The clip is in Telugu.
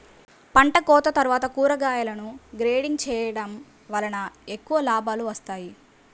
పంటకోత తర్వాత కూరగాయలను గ్రేడింగ్ చేయడం వలన ఎక్కువ లాభాలు వస్తాయి